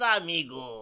amigo